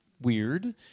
Weird